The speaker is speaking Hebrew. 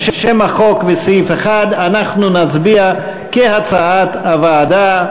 על שם החוק וסעיף 1 אנחנו נצביע כהצעת הוועדה.